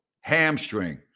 Hamstring